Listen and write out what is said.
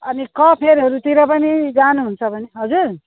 अनि कफेरहरूतिर पनि जानुहुन्छ भने हजुर